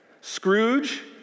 Scrooge